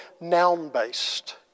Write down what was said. noun-based